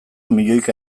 milioika